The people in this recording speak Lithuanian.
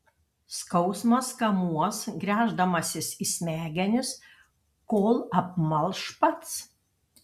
skausmas kamuos gręždamasis į smegenis kol apmalš pats